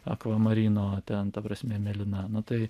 akvamarino ten ta prasme mėlyna nu tai